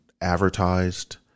advertised